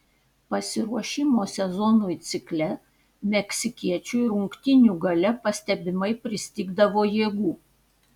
pasiruošimo sezonui cikle meksikiečiui rungtynių gale pastebimai pristigdavo jėgų